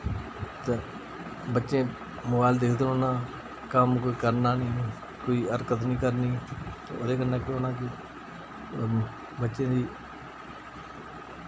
ते बच्चें मोबाइल दिक्खदे रोह्ना कम्म कोई करना निं कोई हरकत निं करनी ओह्दे कन्नै केह् होना कि बच्चें दी